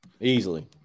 Easily